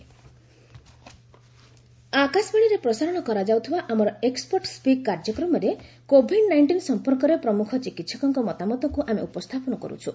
ଏକ୍ନପର୍ଟ speak ଆକାଶବାଣୀରେ ପ୍ରସାରଣ କରାଯାଉଥିବା ଆମର ଏକ୍ୱପର୍ଟ ସ୍ୱିକ୍ କାର୍ଯ୍ୟକ୍ରମରେ କୋଭିଡ୍ ନାଇଣ୍ଟିନ୍ ସମ୍ପର୍କରେ ପ୍ରମୁଖ ଚିକିହକଙ୍କ ମତାମତକୁ ଆମେ ଉପସ୍ଥାପନ କରୁଛୁ